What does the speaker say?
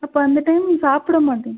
அப்போ அந்த டைம் சாப்பிட மாட்டேங்குது